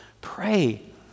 pray